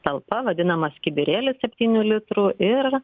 talpa vadinamas kibirėlis septynių litrų ir